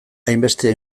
hainbeste